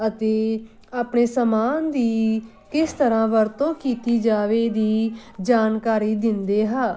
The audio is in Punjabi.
ਅਤੇ ਆਪਣੇ ਸਮਾਨ ਦੀ ਕਿਸ ਤਰ੍ਹਾਂ ਵਰਤੋਂ ਕੀਤੀ ਜਾਵੇ ਦੀ ਜਾਣਕਾਰੀ ਦਿੰਦੇ ਹਾਂ